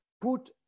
put